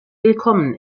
willkommen